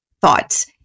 thoughts